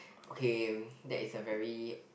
okay that is a very